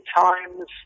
times